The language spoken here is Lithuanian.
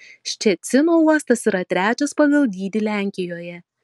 ščecino uostas yra trečias pagal dydį lenkijoje